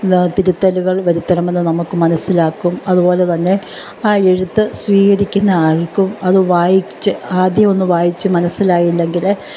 തിരുത്തലുകൾ വരുത്തണമെന്ന് നമുക്ക് മനസ്സിലാക്കും അതുപോലെ തന്നെ ആ എഴുത്ത് സ്വീകരിക്കുന്ന ആൾക്കും അത് വായിച്ചു ആദ്യ ഒന്ന് വായിച്ചു മനസ്സിലായില്ലെങ്കിൽ